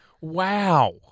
wow